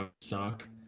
suck